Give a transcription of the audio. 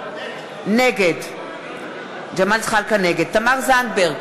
נגד תמר זנדברג,